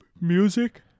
Music